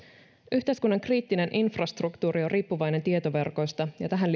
yhteiskunnan kriittinen infrastruktuuri on riippuvainen tietoverkoista ja tähän